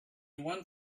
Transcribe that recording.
one